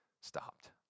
stopped